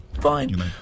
Fine